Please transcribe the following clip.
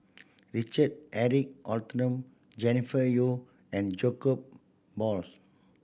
Richard Eric Holttum Jennifer Yeo and Jacob Balls